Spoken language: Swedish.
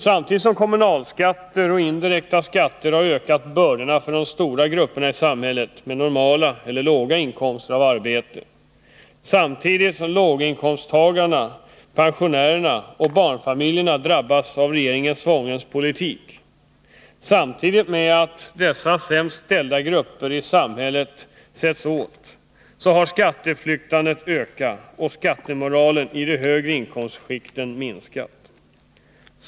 Samtidigt som kommunalskatter och indirekta skatter har ökat bördorna för de stora grupperna i samhället med normala eller låga inkomster av arbete, samtidigt som låginkomsttagarna, pensionärerna och barnfamiljerna drabbas av regeringens svångremspolitik, samtidigt med att dessa sämst ställda grupper i samhället sätts åt, har skatteflyktandet ökat och skattemoralen i de högre inkomstskikten minskat.